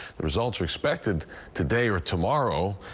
the results are expected today or tomorrow.